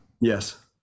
yes